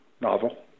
novel